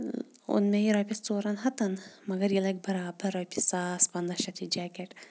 اوٚن مےٚ یہِ رۄپیَس ژورَن ہَتَن مگر یہِ لَگہِ بَرابَر رۄپیہِ ساس پنٛداہ شَتھ یہِ جیکٮ۪ٹ